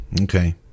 Okay